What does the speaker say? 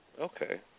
Okay